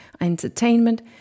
entertainment